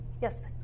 Yes